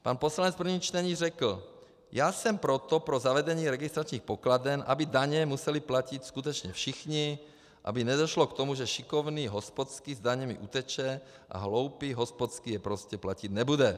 Pan poslanec v prvním čtení řekl: Já jsem proto pro zavedení registračních pokladen, aby daně museli platit skutečně všichni, aby nedošlo k tomu, že šikovný hospodský s daněmi uteče a hloupý hospodský je prostě platit nebude.